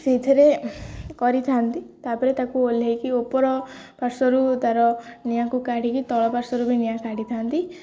ସେଇଥିରେ କରିଥାନ୍ତି ତାପରେ ତାକୁ ଓହ୍ଲାଇକି ଓ ଉପର ପାର୍ଶ୍ୱରୁ ତାର ନିଆଁକୁ କାଢ଼ିକି ତଳ ପାର୍ଶ୍ୱରୁ ବି ନିଆଁ କାଢ଼ିଥାନ୍ତି